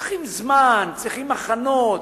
צריך זמן, צריך הכנות,